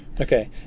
Okay